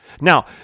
Now